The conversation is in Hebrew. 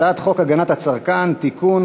הצעת חוק הגנת הצרכן (תיקון,